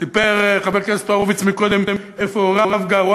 סיפר חבר הכנסת הורוביץ קודם איפה הוריו גרו.